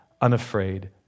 unafraid